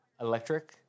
electric